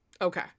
okay